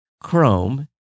Chrome